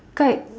kite